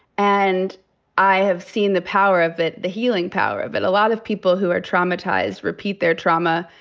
and i have seen the power of it, the healing power of it. a lot of people who are traumatized repeat their trauma.